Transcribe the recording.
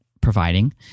providing